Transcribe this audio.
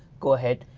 go ahead.